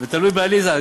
זה תלוי בעליזה.